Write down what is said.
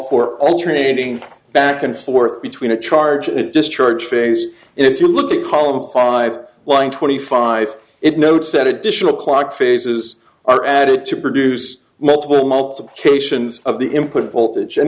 for alternating back and forth between a charge and discharge phase and if you look at column five one twenty five it note said additional clock phases are added to produce multiple multiplications of the input voltage in